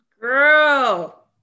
girl